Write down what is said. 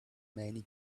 many